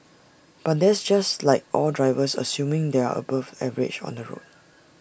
but that's just like all drivers assuming they are above average on the road